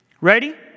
Ready